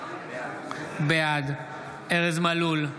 בעד ארז מלול,